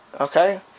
Okay